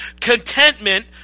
contentment